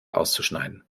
auszuschneiden